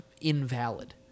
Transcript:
invalid